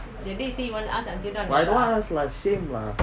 but I don't want ask lah shame lah